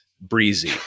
breezy